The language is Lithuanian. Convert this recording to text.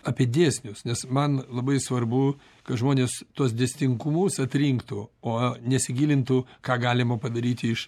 apie dėsnius nes man labai svarbu kad žmonės tuos dėsningumus atrinktų o nesigilintų ką galima padaryti iš